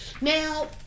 now